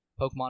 Pokemon